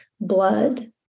blood